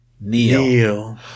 Neil